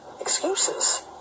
excuses